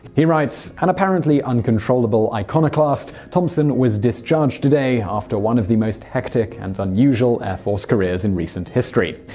he writes, an apparently uncontrollable iconoclast, thompson was discharged today today after one of the most hectic and unusual air force careers in recent history.